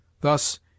Thus